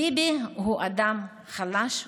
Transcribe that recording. ביבי הוא אדם חלש ומבוהל.